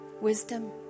wisdom